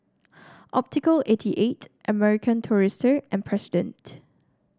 Optical eighty eight American Tourister and President